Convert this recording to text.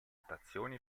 stazioni